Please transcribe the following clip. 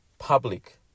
public